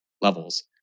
levels